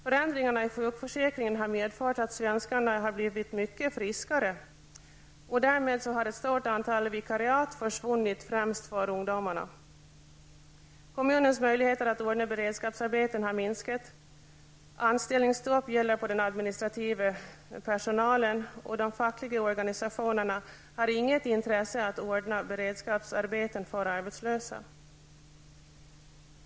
Förändringarna i sjukförsäkringen har medfört att svenskarna har blivit mycket friskare, och därmed har ett stort antal vikariat försvunnit, främst för ungdomarna. Kommunens möjligheter att ordna beredskapsarbeten har minskat, anställningsstopp gäller för den administrativa personalen och de fackliga organisationerna har inget intresse av att ordna beredskapsarbeten för arbetslösa.